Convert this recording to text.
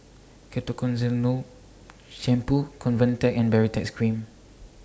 Ketoconazole Shampoo Convatec and Baritex Cream